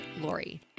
Lori